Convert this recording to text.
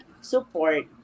support